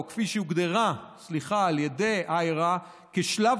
או כפי שהיא הוגדרה על ידי IHRA: שלב